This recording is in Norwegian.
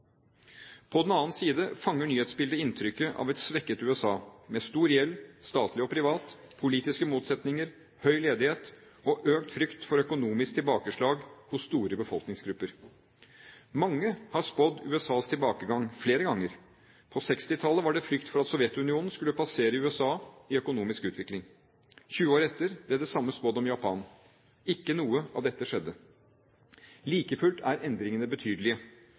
På den annen side fanger nyhetsbildet inntrykket av et svekket USA, med stor gjeld – statlig og privat – politiske motsetninger, høy ledighet og økt frykt for økonomisk tilbakeslag for store befolkningsgrupper. Mange har spådd USAs tilbakegang, flere ganger. På 1960-tallet var det frykt for at Sovjetunionen skulle passere USA i økonomisk utvikling. 20 år etter ble det samme spådd om Japan. Ikke noe av dette skjedde. Like fullt er endringene betydelige.